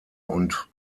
und